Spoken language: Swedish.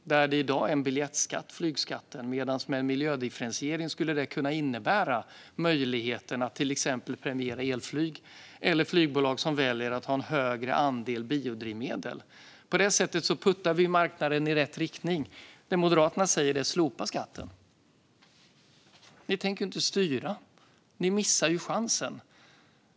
I dag är flygskatten en biljettskatt, men med en miljödifferentiering skulle det kunna innebära möjligheten att premiera till exempel elflyg eller flygbolag som väljer att ha en större andel biodrivmedel. På det sättet puttar vi marknaden i rätt riktning. Det Moderaterna säger är att man ska slopa skatten. Ni tänker ju inte styra, Maria Stockhaus. Ni missar chansen.